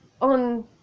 on